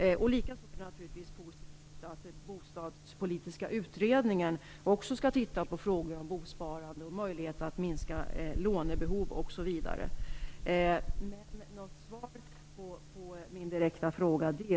Likaså är det naturligtvis positivt att den bostadspolitiska utredningen skall titta på frågor om bosparande, möjligheten att minska lånebehov, osv. Men något svar på min direkta fråga har jag icke fått.